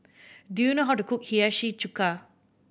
do you know how to cook Hiyashi Chuka